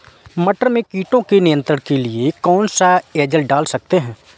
मटर में कीटों के नियंत्रण के लिए कौन सी एजल डाल सकते हैं?